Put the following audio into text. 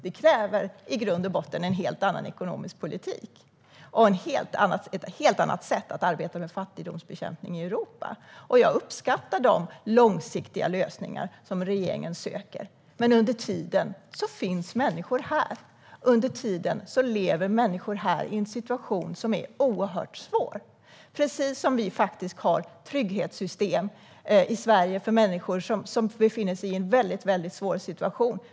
Det kräver i grund och botten en helt annan ekonomisk politik och ett helt annat sätt att arbeta med fattigdomsbekämpning i Europa. Jag uppskattar de långsiktiga lösningar som regeringen söker, men under tiden finns människor här och lever i en situation som är oerhört svår. I Sverige har vi trygghetssystem för människor som befinner sig i en väldigt svår situation.